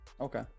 Okay